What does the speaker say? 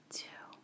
two